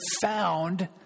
found